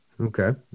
Okay